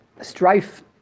strife